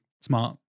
smart